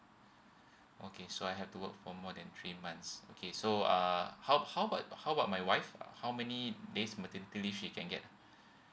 okay so I have to work for more than three months okay so uh how how about how about my wife uh how many days maternity leave she can get ah